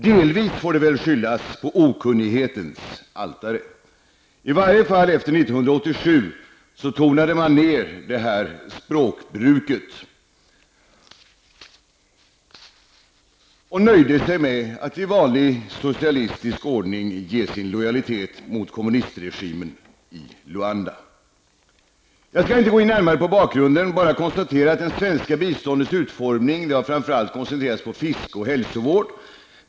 Delvis får det väl skyllas på okunnigheten. Men i varje fall efter 1987 tonade man ner språket och nöjde sig med att i vanlig socialdemokratisk ordning visa sin solidaritet mot kommunistregimen i Luanda. Jag skall inte gå in närmare på bakgrunden utan bara konstaterar att det svenska biståndet framför allt har koncentrerats på frisk och hälsovård.